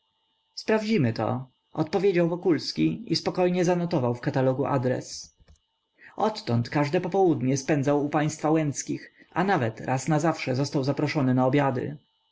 sprawdzimy to odpowiedział wokulski i spokojnie zanotował w katalogu adres odtąd każde popołudnie spędzał u państwa łęckich a nawet raz nazawsze został zaproszony na obiady